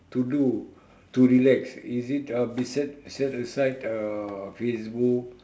to do to relax is it uh set set aside uh Facebook